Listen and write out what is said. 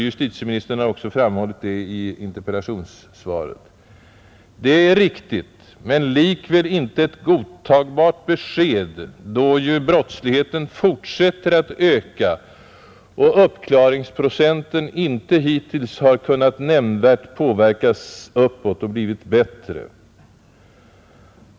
Justitieministern har också starkt framhållit detta i interpellationssvaret. Påståendet är riktigt, men likväl inte ett godtagbart besked, då ju brottsligheten fortsätter att öka och uppklaringsprocenten inte hittills har kunnat nämnvärt påverkas uppåt och alltså inte blivit bättre.